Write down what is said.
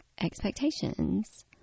expectations